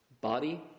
Body